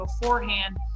beforehand